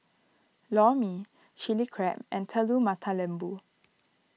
Lor Mee Chili Crab and Telur Mata Lembu